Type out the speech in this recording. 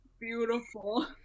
Beautiful